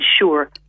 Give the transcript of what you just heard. ensure